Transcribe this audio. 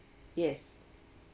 yes